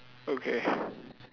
okay